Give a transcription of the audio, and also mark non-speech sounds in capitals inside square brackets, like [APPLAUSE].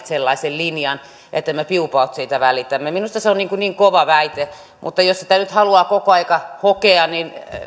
[UNINTELLIGIBLE] sellaisen linjan että me piupaut siitä välitämme minusta se on niin kova väite mutta jos sitä nyt haluaa koko ajan hokea niin